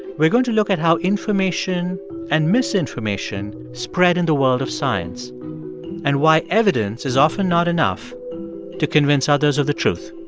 we're going to look at how information and misinformation spread in the world of science and why evidence is often not enough to convince others of the truth